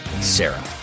Sarah